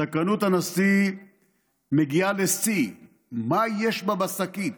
// סקרנות הנשיא מגיעה לשיא: // מה יש בה בשקית?